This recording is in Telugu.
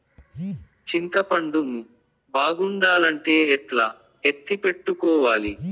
చింతపండు ను బాగుండాలంటే ఎట్లా ఎత్తిపెట్టుకోవాలి?